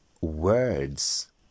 words